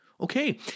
Okay